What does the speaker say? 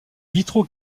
vitraux